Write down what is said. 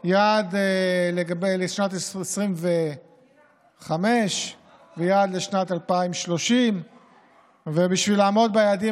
יעד לשנת 2025 ויעד לשנת 2030. בשביל לעמוד ביעדים